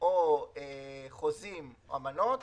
או חוזים או אמנות,